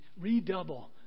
redouble